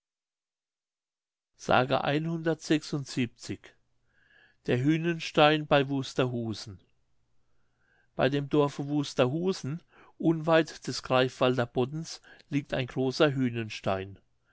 der hühnenstein bei wusterhusen bei dem dorfe wusterhusen unweit des greifswalder boddens liegt ein großer